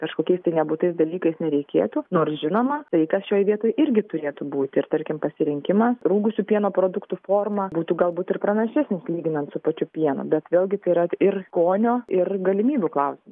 kažkokiais tai nebūtais dalykais nereikėtų nors žinoma saikas šioj vietoj irgi turėtų būti ir tarkim pasirinkimas rūgusių pieno produktų forma būtų galbūt ir pranašesnis lyginant su pačiu pienu bet vėlgi tai yra ir skonio ir galimybių klausimas